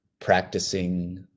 practicing